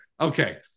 Okay